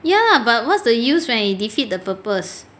ya but what's the use when it defeat the purpose